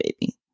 baby